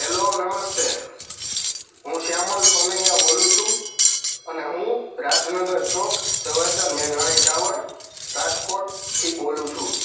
hello નમસ્તે હું શ્યામલ સોનૈયા બોલું છું અને હું રાજનગર ચોક ઝવેરચંદ મેઘાણી ટાવર રાજકોટથી બોલું છું